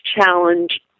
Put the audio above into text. challenge